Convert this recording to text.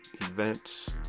events